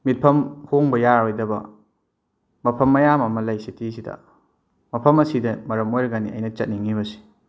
ꯃꯤꯠꯐꯝ ꯍꯣꯡꯕ ꯌꯥꯔꯔꯣꯏꯗꯕ ꯃꯐꯝ ꯃꯌꯥꯝ ꯑꯃ ꯂꯩ ꯁꯤꯇꯤꯁꯤꯗ ꯃꯐꯝ ꯑꯁꯤꯗ ꯃꯔꯝ ꯑꯣꯏꯔꯒꯅꯤ ꯑꯩꯅ ꯆꯠꯅꯤꯡꯉꯤꯕꯁꯤ